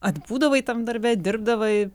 atbūdavai tam darbe dirbdavai